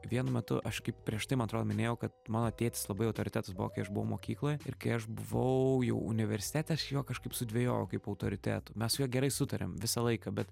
vienu metu aš kaip prieš tai man atrodo minėjau kad mano tėtis labai autoritetas buvo kai aš buvau mokykloj ir kai aš buvau jau universitete aš juo kažkaip sudvejojau kaip autoritetu mes su juo gerai sutarėm visą laiką bet